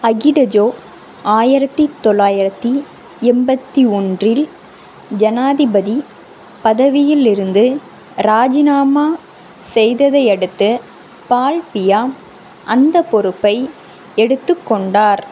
Ahidjo ஆயிரத்தி தொள்ளாயிரத்தி எண்பத்தி ஒன்றில் ஜனாதிபதி பதவியிலிருந்து ராஜினாமா செய்ததையடுத்து பால் பியா அந்த பொறுப்பை எடுத்துக்கொண்டார்